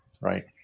right